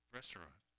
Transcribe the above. restaurant